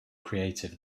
creative